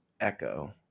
Echo